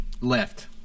left